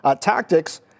tactics